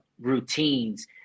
routines